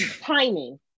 timing